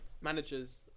managers